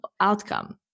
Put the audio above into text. outcome